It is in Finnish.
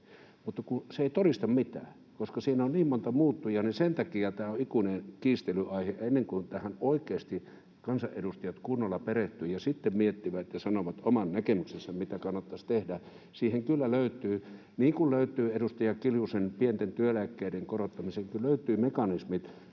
Mutta se ei todista mitään, koska siinä on niin monta muuttujaa, ja sen takia tämä on ikuinen kiistelyn aihe ennen kuin tähän oikeasti kansanedustajat kunnolla perehtyvät ja sitten miettivät ja sanovat oman näkemyksensä, mitä kannattaisi tehdä. Siihen kyllä löytyy mekanismit, niin kuin löytyy edustaja Kiljusen pienten työeläkkeiden korottamiseen, mutta ne eivät